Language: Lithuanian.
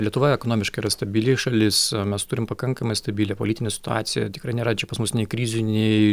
lietuva ekonomiškai yra stabili šalis mes turim pakankamai stabilią politinę situaciją tikrai nėra čia pas mus nei krizių nei